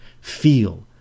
feel